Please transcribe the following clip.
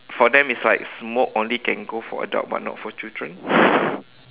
for them is like smoke only can go for adult but not for children